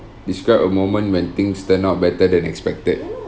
describe a moment when things turn out better than expected